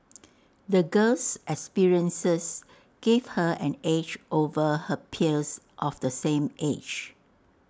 the girl's experiences gave her an edge over her peers of the same age